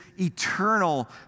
eternal